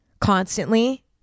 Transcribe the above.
constantly